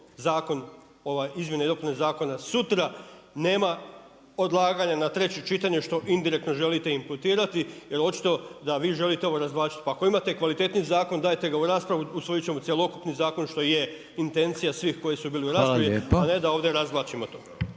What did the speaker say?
donesimo izmjene i dopune zakona sutra, nema odlaganje na treće čitanje što indirektno želite imputirati jel očito da vi ovo želite razvlačiti. Pa ako imate kvalitetniji zakon dajte ga u raspravu usvojit ćemo cjelokupni zakon što je intencija svih koji su bili u raspravi, a ne da ovdje razvlačimo to.